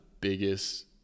biggest